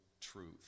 truth